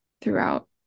throughout